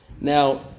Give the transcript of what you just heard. Now